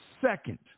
second